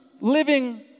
living